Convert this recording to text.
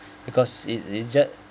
because it it just